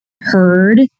heard